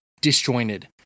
disjointed